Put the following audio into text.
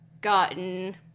gotten